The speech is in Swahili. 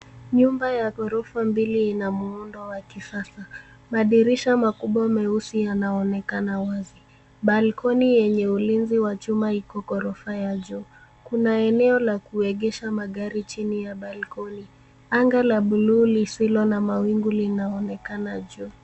Nyumba ya ghorofa mbili ina muundo wa kisasa. Madirisha makubwa meusi yanaonekana wazi. Balkoni yenye ulinzi wa chuma iko ghorofa ya juu. Kuna eneo la kuegesha magari chini ya balkoni. Anga la buluu lisilo na mawingu linaonekana juu.